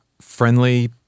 Friendly